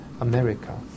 America